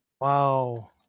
Wow